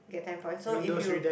get ten point so if you